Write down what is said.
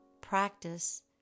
practice